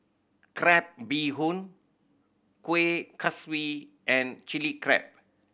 crab bee hoon Kueh Kaswi and Chili Crab